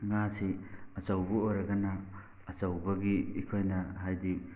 ꯉꯥꯁꯤ ꯑꯆꯧꯕ ꯑꯣꯏꯔꯒꯅ ꯑꯆꯧꯕꯒꯤ ꯑꯩꯈꯣꯏꯅ ꯍꯥꯏꯕꯗꯤ